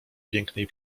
pięknej